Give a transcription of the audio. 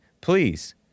Please